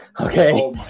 Okay